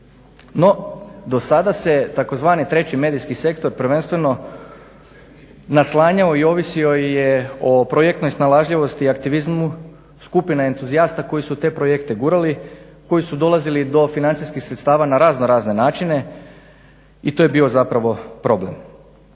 No, do sada se tzv. treći medijski sektor prvenstveno naslanjao i ovisio je o projektnoj snalažljivosti i aktivizmu skupine entuzijasta koji su te projekte gurali, koji su dolazili do financijskih sredstava na razno razne načine i to je bio zapravo problem.